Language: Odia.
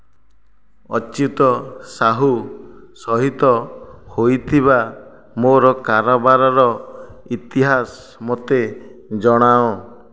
ଅଚ୍ୟୁତ ସାହୁ ସହିତ ହୋଇଥିବା ମୋର କାରବାରର ଇତିହାସ ମୋତେ ଜଣାଅ